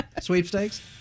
sweepstakes